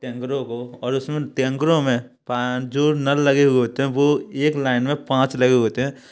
टैंकरों को और उसमें टैंकरों में जो नल लगे हुए होते है वो एक लाइन में पाँच लगे होते हैं